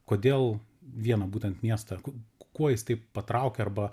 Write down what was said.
kodėl vieną būtent miestą kuo jis taip patraukė arba